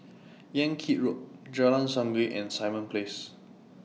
Yan Kit Road Jalan Sungei and Simon Place